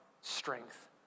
strength